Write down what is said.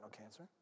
cancer